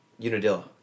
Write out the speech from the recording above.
Unadilla